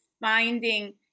finding